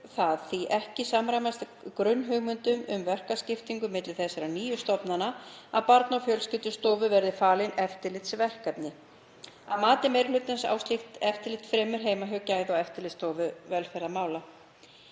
það því ekki samræmast grunnhugmyndum um verkaskiptingu milli þessara nýju stofnana að Barna- og fjölskyldustofu verði falin eftirlitsverkefni. Að mati meiri hlutans á slíkt eftirlit fremur heima hjá Gæða- og eftirlitsstofnun velferðarmála.